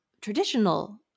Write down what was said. traditional